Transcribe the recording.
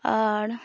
ᱟᱨ